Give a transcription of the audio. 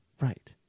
Right